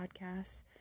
podcasts